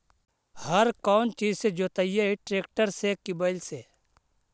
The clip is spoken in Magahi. हर कौन चीज से जोतइयै टरेकटर से कि बैल से?